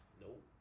Nope